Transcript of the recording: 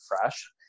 fresh